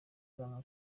ibanga